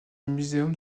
muséum